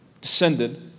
descended